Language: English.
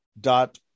dot